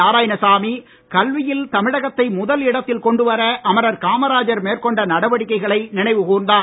நாராயணசாமி கல்வியில் தமிழகத்தை முதல் இடத்தில் கொண்டு வர அமரர் காமராஜர் மேற்கொண்ட நடவடிக்கைகளை நினைவு கூர்ந்தார்